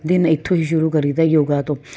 ਦਿਨ ਇੱਥੋਂ ਹੀ ਸ਼ੁਰੂ ਕਰੀਦਾ ਯੋਗਾ ਤੋਂ